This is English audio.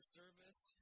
service